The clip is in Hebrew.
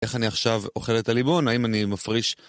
איך אני עכשיו אוכל את הלימון? האם אני מפריש?